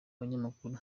banyamakuru